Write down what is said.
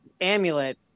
amulet